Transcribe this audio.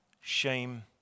shame